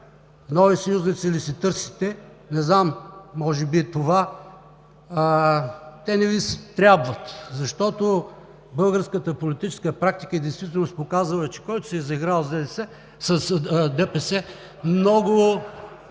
нови съюзници ли си търсите? Не знам, може би те не Ви трябват, защото българската политическа практика в действителност е показала, че който се е заиграл с ДДС